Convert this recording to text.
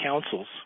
councils